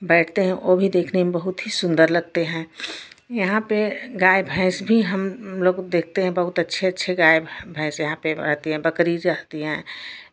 बैठते हैं वो भी देखने में बहुत ही सुन्दर लगते हैं यहाँ पे गाय भैंस भी हम लोग देखते हैं बहुत अच्छे अच्छे गाय भैंस यहाँ पे रहती हैं बकरी भी रहती हैं